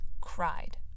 cried